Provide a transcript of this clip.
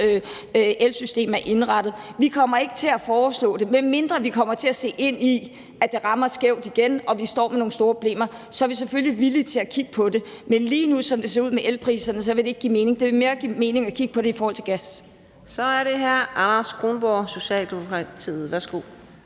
elsystem er indrettet på. Vi kommer ikke til at foreslå det, medmindre vi kommer til at se ind i, at det rammer skævt igen, og at vi står med nogle store problemer. Så er vi selvfølgelig villige til at kigge på det. Men lige nu, som det ser ud med elpriserne, vil det ikke give mening. Det vil mere give mening at kigge på det i forhold til gas. Kl. 14:15 Fjerde næstformand (Karina